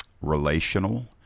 relational